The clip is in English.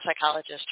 psychologist